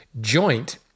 joint